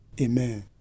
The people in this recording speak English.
Amen